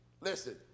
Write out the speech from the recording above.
listen